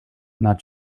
not